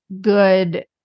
good